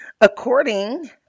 according